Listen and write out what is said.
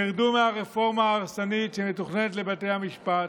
תרדו מהרפורמה ההרסנית שמתוכננת לבתי המשפט.